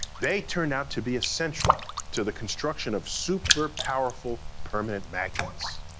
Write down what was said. they turned out to be essential to the construction of super-powerful permanent magnets.